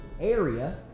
area